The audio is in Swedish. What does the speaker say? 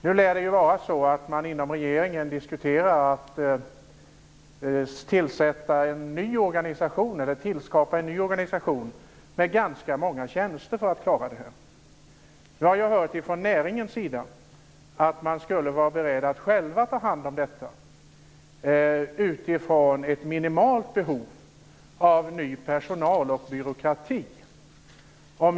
Nu lär det vara så att man inom regeringen diskuterar att skapa en ny organisation med ganska många tjänster, för att klara detta. Jag har hört att man från näringens sida är beredd att själv ta hand om detta med ett minimalt behov av personal och med minimal byråkrati.